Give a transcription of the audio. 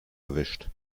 erwischt